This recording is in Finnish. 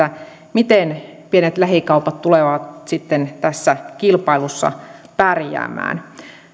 miten pienet lähikaupat tulevat sitten tässä kilpailussa pärjäämään